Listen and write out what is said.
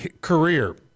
career